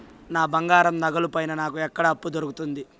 నా బంగారు నగల పైన నాకు ఎక్కడ అప్పు దొరుకుతుంది